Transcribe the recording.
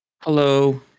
Hello